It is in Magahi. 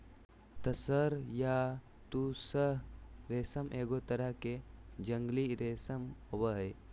तसर या तुसह रेशम एगो तरह के जंगली रेशम होबो हइ